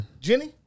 Jenny